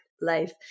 life